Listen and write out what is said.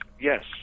yes